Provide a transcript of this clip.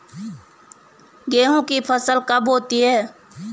गेहूँ की फसल कब होती है?